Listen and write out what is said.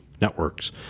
networks